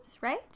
Right